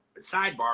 sidebar